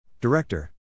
Director